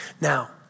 Now